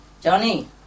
Johnny